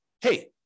hey